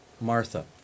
Martha